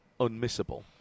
unmissable